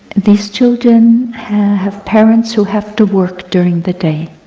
these children have parents who have to work during the day.